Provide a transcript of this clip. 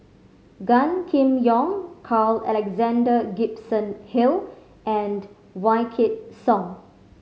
Gan Kim Yong Carl Alexander Gibson Hill and Wykidd Song